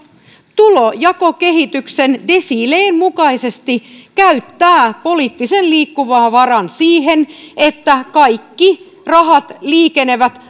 tulonjakokehityksen desiilien mukaisesti käyttää poliittisen liikkumavaran siihen että kaikki rahat liikenevät